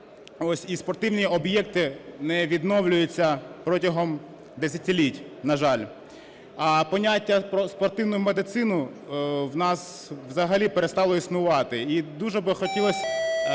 спортивні об'єкти не відновлюються протягом десятиліть, на жаль. А поняття про спортивну медицину в нас взагалі перестало існувати. І дуже би хотілось